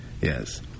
Yes